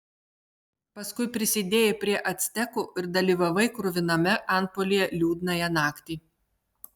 paskui prisidėjai prie actekų ir dalyvavai kruviname antpuolyje liūdnąją naktį